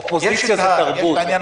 אופוזיציה זה תרבות,